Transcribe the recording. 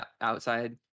outside